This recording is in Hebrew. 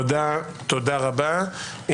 תודה רבה.